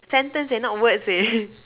sentence eh and not words leh